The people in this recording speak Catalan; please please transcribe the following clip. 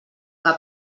que